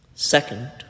Second